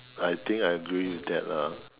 I think I agree with that ah